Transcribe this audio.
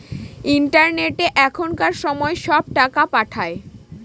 ইন্টারনেটে এখনকার সময় সব টাকা পাঠায়